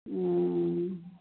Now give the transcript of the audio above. हुँअऽ